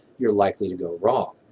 you're likely to go wrong.